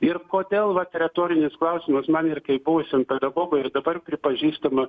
ir kodėl vat retorinis klausimas man ir kaip buvusiam pedagogui ir dabar pripažįstama